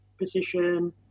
position